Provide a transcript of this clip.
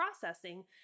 processing